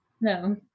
no